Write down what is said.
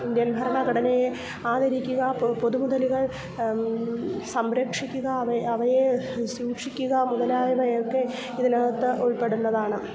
Indian ഭരണഘടനയെ ആദരിക്കുക പൊതുമുതലുകൾ സംരക്ഷിക്കുക അവയെ അവയെ സൂക്ഷിക്കുക മുതലായവയൊക്കെ ഇതിനകത്ത് ഉൾപ്പെടുന്നതാണ്